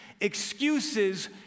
excuses